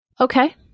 Okay